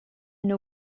know